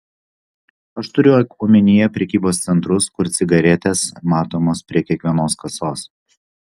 aš turiu omenyje prekybos centrus kur cigaretės matomos prie kiekvienos kasos